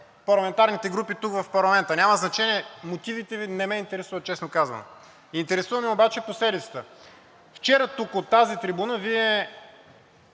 парламентарните групи тук, в парламента. Нямат значение мотивите Ви, не ме интересуват, честно казано. Интересува ме обаче последицата. Вчера тук, от тази трибуна, Вие